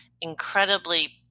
incredibly